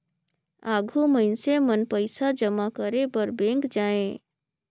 आघु मइनसे मन पइसा जमा करे बर बेंक जाएं